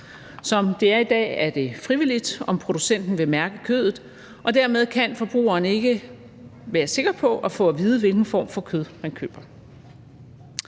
Som det er i dag, er det frivilligt, om producenten vil mærke kødet, og dermed kan forbrugeren ikke være sikker på at få at vide, hvilken form for kød man køber.